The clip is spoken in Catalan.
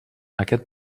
aquest